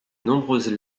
nombreuses